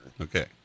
Okay